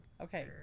Okay